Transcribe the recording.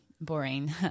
boring